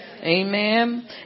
Amen